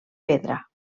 pedra